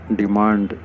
demand